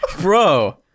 bro